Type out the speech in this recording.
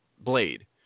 blade